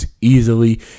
easily